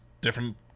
different